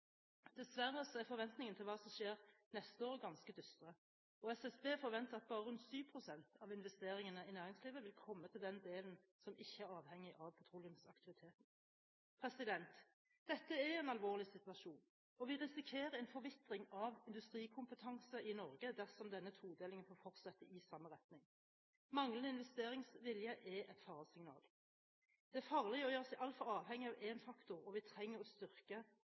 Dessverre er forventningene til hva som skjer neste år, ganske dystre, og SSB forventer at bare rundt 7 pst. av investeringene i næringslivet vil komme til den delen som ikke er avhengig av petroleumsaktiviteten. Dette er en alvorlig situasjon, og vi risikerer en forvitring av industrikompetanse i Norge dersom denne todelingen får fortsette i samme retning. Manglende investeringsvilje er et faresignal. Det er farlig å gjøre seg altfor avhengig av én faktor, og vi trenger å styrke